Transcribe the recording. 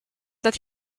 that